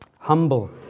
humble